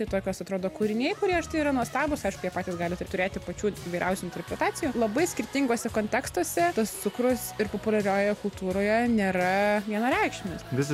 tai tokios atrodo kūriniai kurie štai yra nuostabūs aišku jie patys gali turėti pačių įvairiausių interpretacijų labai skirtinguose kontekstuose tas cukrus ir populiariojoje kultūroje nėra vienareikšmis